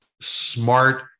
smart